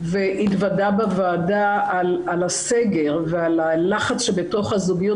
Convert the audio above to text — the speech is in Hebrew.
והתוודה בוועדה על הסגר ועל הלחץ שבתוך הזוגיות,